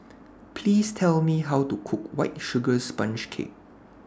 Please Tell Me How to Cook White Sugar Sponge Cake